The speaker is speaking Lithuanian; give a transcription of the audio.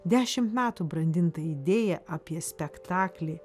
dešimt metų brandintą idėją apie spektaklį